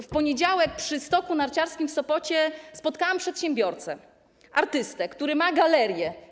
W poniedziałek przy stoku narciarskim w Sopocie spotkałam przedsiębiorcę artystę, który ma galerię.